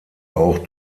auch